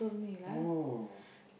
oh